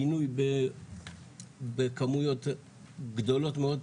בינוי בכמויות גדולות מאוד.